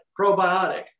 probiotic